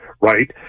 right